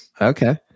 okay